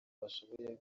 bashoboye